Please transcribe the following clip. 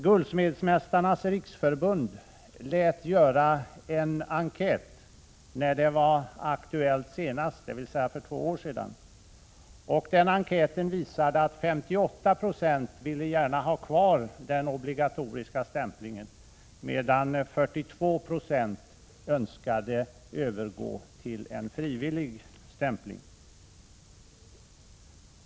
Guldsmedsmästarnas riksförbund lät göra en enkät när detta senast var aktuellt, dvs. för två år sedan. Den enkäten visade att 58 90 gärna ville ha kvar den obligatoriska stämplingen, medan 42 90 önskade övergå till en frivillig stämpling.